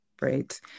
right